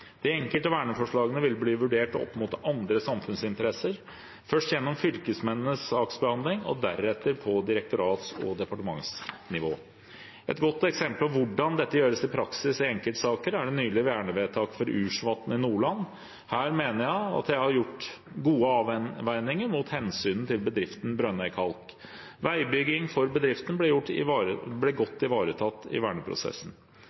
De enkelte verneforslagene vil bli vurdert opp mot andre samfunnsinteresser, først gjennom fylkesmennenes saksbehandling og deretter på direktorats- og departementsnivå. Et godt eksempel på hvordan dette gjøres i praksis i enkeltsaker, er det nylige vernevedtaket for Ursvatnet i Nordland. Her mener jeg det ble gjort gode avveininger mot hensynet til bedriften Brønnøy Kalk. Veibygging for bedriften ble godt ivaretatt i verneprosessen.